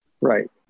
Right